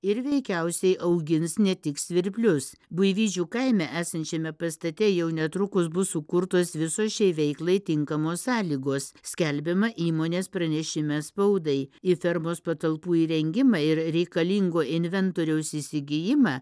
ir veikiausiai augins ne tik svirplius buivydžių kaime esančiame pastate jau netrukus bus sukurtos visos šiai veiklai tinkamos sąlygos skelbiama įmonės pranešime spaudai į fermos patalpų įrengimą ir reikalingo inventoriaus įsigijimą